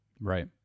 Right